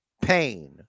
pain